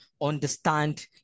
understand